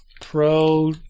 Pro